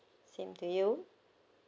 same to you